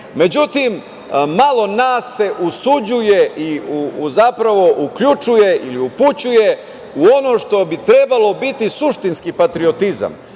najčešći.Međutim, malo nas se usuđuje, zapravo uključuje ili upućuje u ono što bi trebalo biti suštinski patriotizam,